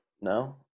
no